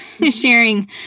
Sharing